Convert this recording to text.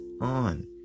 on